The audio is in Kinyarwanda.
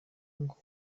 ngo